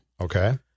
Okay